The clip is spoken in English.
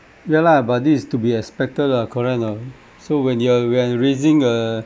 ya lah but this is to be expected lah correct or not so when you're when raising a